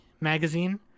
magazine